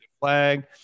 flag